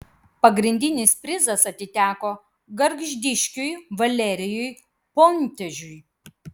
pagrindinis prizas atiteko gargždiškiui valerijui pontežiui